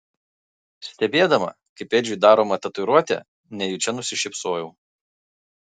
stebėdama kaip edžiui daroma tatuiruotė nejučia nusišypsojau